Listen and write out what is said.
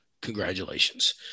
Congratulations